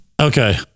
Okay